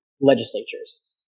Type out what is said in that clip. legislatures